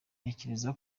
ntekereza